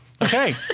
Okay